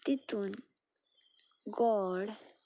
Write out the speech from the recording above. तितून गोड